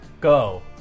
go